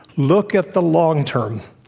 look at the long term.